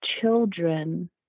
children